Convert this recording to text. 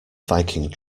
viking